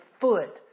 foot